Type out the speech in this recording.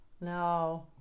No